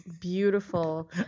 beautiful